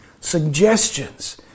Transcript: suggestions